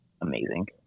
amazing